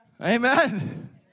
Amen